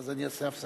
ואז אני אעשה הפסקה.